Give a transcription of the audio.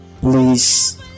please